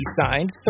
signed